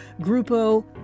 Grupo